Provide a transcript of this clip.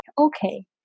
okay